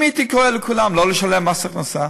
אם הייתי קורא לכולם לא לשלם מס הכנסה,